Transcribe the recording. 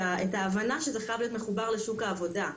ההבנה שזה חייב להיות מחובר לשוק העבודה.